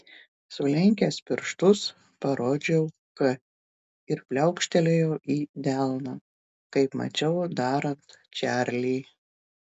sulenkęs pirštus parodžiau k ir pliaukštelėjau į delną kaip mačiau darant čarlį